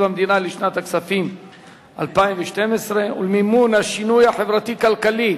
המדינה לשנת הכספים 2012 ולמימון השינוי החברתי-כלכלי